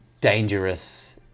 dangerous